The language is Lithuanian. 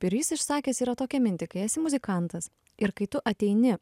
ir jis išsakęs yra tokią mintį kai esi muzikantas ir kai tu ateini